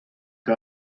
que